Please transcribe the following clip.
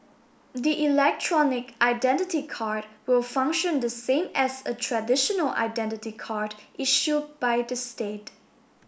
the electronic identity card will function the same as a traditional identity card issue by the state